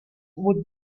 would